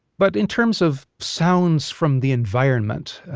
but in terms of sounds from the environment,